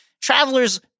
travelers